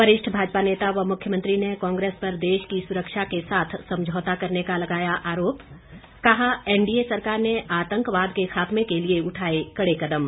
वरिष्ठ भाजपा नेता व मुख्यमंत्री ने कांग्रेस पर देश की सुरक्षा के साथ समझौता करने का लगाया आरोप कहा एनडीए सरकार ने आतंकवाद के खात्मे के लिए उठाए कड़े कदम